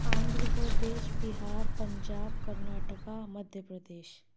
Andhra Pradesh Bihar Punjab Karnataka Madhya Pradesh